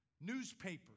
newspapers